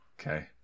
Okay